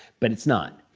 but it's not.